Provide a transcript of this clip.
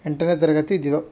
ಎಂಟನೇ ತರಗತಿ ಇದ್ದಿದ್ದೇವು